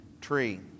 tree